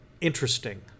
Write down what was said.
interesting